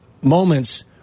moments